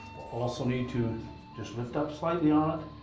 also need to just lift up slightly on it,